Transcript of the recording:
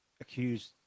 accused